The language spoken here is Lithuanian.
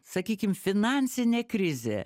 sakykim finansinė krizė